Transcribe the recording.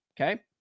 okay